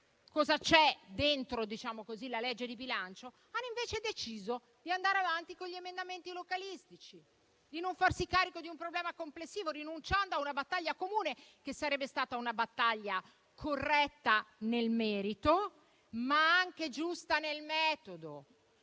cosa c'è dentro la legge di bilancio - hanno invece deciso di andare avanti con gli emendamenti localistici e di non farsi carico di un problema complessivo, rinunciando a una battaglia comune, che sarebbe stata una battaglia corretta nel merito, ma anche giusta nel metodo,